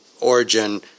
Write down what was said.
origin